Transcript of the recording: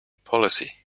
policy